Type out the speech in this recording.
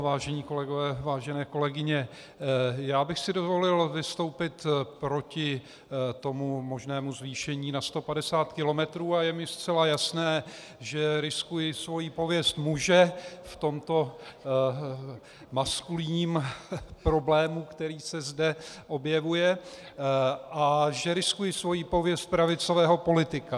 Vážení kolegové, vážené kolegyně, já bych si dovolil vystoupit proti možnému zvýšení na 150 kilometrů a je mi zcela jasné, že riskuji svoji pověst muže v tomto maskulinním problému, který se zde objevuje, a že riskuji svoji pověst pravicového politika.